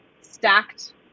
stacked